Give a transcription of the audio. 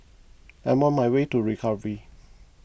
I'm on my way to recovery